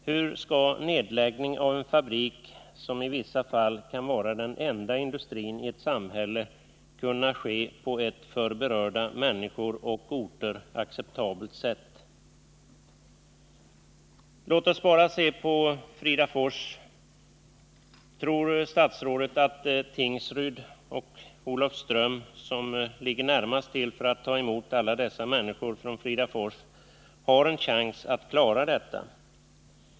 Hur skall nedläggning av en fabrik, som i vissa fall kan vara den enda industrin i ett samhälle, kunna ske på ett för berörda människor och orter acceptabelt sätt? Låt oss bara se på Fridafors. Tror statsrådet att Tingsryd och Olofström, som ligger närmast till för att ta emot alla dessa människor från Fridafors, har en chans att klara detta?